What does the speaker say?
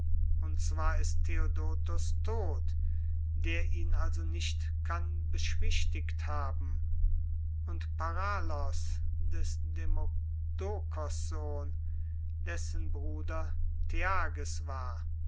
und zwar ist theodotos tot der ihn also nicht kann beschwichtigt haben und paralos des demodokos sohn dessen bruder theages war